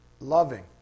loving